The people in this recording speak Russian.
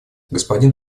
господин